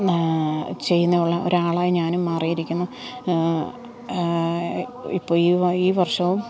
ചെയ്യുന്ന ഉള്ള ഒരാളായി ഞാനും മാറിയിരിക്കുന്നു ഇപ്പോള് ഈ വ ഈ വർഷവും